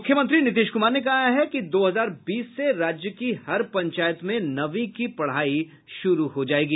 मुख्यमंत्री नीतीश कुमार ने कहा है कि दो हजार बीस से राज्य की हर पंचायत में नवीं की पढ़ाई शुरू हो जायेगी